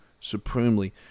supremely